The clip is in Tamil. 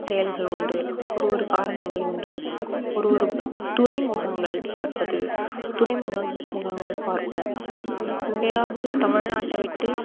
செயல்கள் உண்டு ஒரு ஒரு காரணங்கள் உண்டு ஒரு ஒரு துறைமுகங்கள் பார்ப்பது துறைமுகம் முகங்கள் பார்ப்பேன் எங்கேயாவது தமிழ்நாட்டை விட்டு